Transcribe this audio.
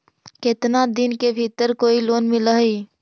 केतना दिन के भीतर कोइ लोन मिल हइ?